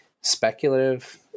speculative